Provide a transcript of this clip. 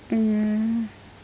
mmhmm